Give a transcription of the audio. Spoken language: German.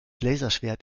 laserschwert